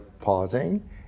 pausing